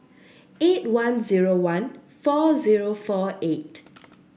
eight one zero one four zero four eight